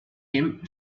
him